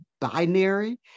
binary